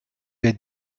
wir